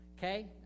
Okay